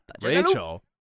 Rachel